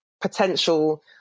potential